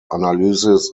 analysis